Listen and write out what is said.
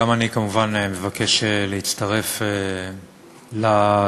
גם אני כמובן מבקש להצטרף לדברים,